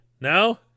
Now